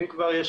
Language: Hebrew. אם כבר,